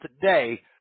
today